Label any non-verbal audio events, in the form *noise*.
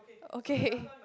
okay *breath*